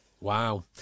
wow